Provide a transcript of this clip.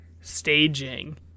staging